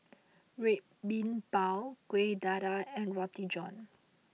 Red Bean Bao Kueh Dadar and Roti John